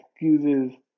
excuses